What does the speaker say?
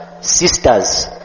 sisters